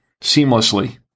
seamlessly